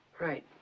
Right